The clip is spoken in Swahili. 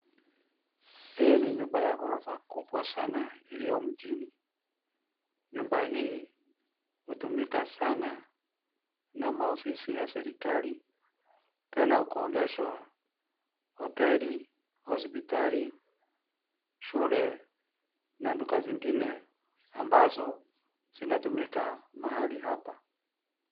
Hii ni nyumba ya gorofa kubwa sana iliyo mjini. Nyumba hii hutumika sana na maofisi ya serikali tena hukodeshwa hoteli, hospitali, shule, na duka zingine ambazo zinatumika mahali hapa.